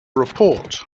report